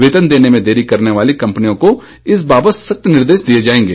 वेतन देने में देरी करने वाली कंपनियों को इस बाबत सख्त निर्देश दिए जाएंगे